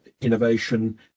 innovation